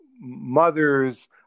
mothers